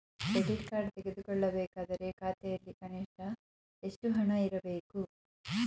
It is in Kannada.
ಕ್ರೆಡಿಟ್ ಕಾರ್ಡ್ ತೆಗೆದುಕೊಳ್ಳಬೇಕಾದರೆ ಖಾತೆಯಲ್ಲಿ ಕನಿಷ್ಠ ಎಷ್ಟು ಹಣ ಇರಬೇಕು?